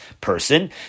person